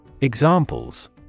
Examples